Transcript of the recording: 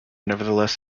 nevertheless